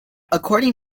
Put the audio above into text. according